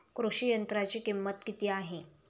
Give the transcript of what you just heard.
कृषी यंत्राची किंमत किती आहे?